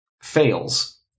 fails